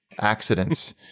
accidents